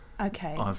Okay